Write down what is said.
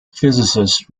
physicists